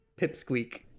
pipsqueak